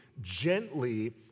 gently